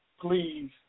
please